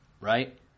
Right